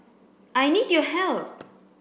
I need your help